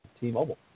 T-Mobile